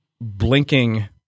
blinking